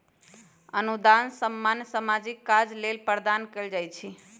अनुदान सामान्य सामाजिक काज लेल प्रदान कएल जाइ छइ